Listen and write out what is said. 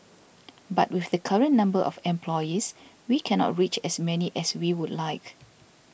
but with the current number of employees we cannot reach as many as we would like